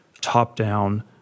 top-down